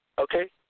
Okay